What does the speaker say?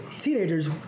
teenagers